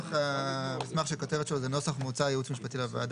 יש סמכות לוועדה מקומית להוסיף 20% דיור להשכרה